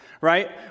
right